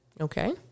Okay